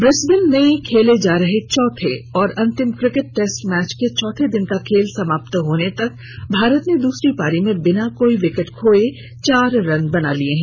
Brisbane में खेले जा रहे चौथे और अंतिम क्रिकेट टेस्ट मैच के चौथे दिन का खेल समाप्त होने तक भारत ने दूसरी पारी में बिना कोई विकेट खोये चार रन बना लिये हैं